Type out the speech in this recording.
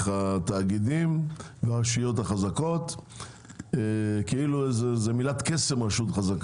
התאגידים ברשויות החזקות כאילו רשות חזקה היא מילת קסם.